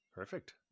Perfect